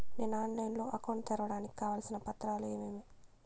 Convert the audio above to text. నేను ఆన్లైన్ లో అకౌంట్ తెరవడానికి కావాల్సిన పత్రాలు ఏమేమి?